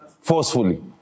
forcefully